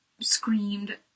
screamed